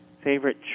Favorite